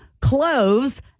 cloves